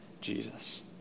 Jesus